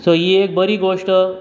so ही एक बरी गोश्ट